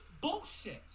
Bullshit